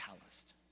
calloused